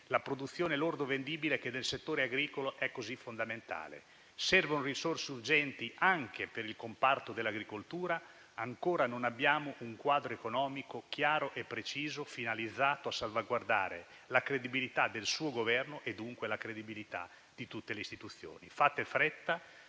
la produzione lorda vendibile, che nel settore agricolo è così fondamentale. Servono risorse urgenti anche per il comparto dell'agricoltura. Ancora non abbiamo un quadro economico chiaro e preciso, finalizzato a salvaguardare la credibilità del suo Governo e dunque la credibilità di tutte le istituzioni. Fate in fretta,